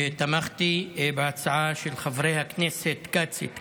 ותמכתי בהצעה של חברי הכנסת כץ את כץ.